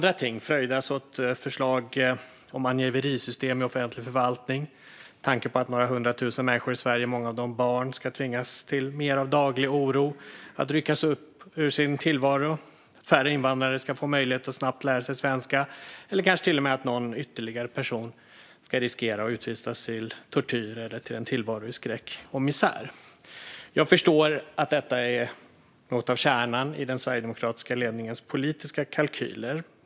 De ska exempelvis fröjdas åt förslag om angiverisystem i offentlig förvaltning. Några hundra tusen människor i Sverige, många av dem barn, ska tvingas till mer av daglig oro för att ryckas upp ur sin tillvaro. Färre invandrare ska få möjlighet att snabbt lära sig svenska. Eller någon ytterligare person ska riskera att utvisas till tortyr eller till en tillvaro i skräck och misär. Jag förstår att detta är något av kärnan i den sverigedemokratiska ledningens politiska kalkyler.